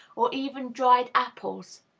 or even dried apples.